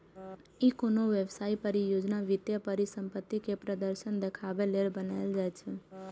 ई कोनो व्यवसाय, परियोजना, वित्तीय परिसंपत्ति के प्रदर्शन देखाबे लेल बनाएल जाइ छै